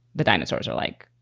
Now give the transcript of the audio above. the dinosaurs are like,